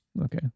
Okay